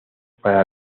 para